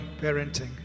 parenting